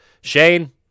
Shane